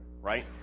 right